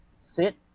sit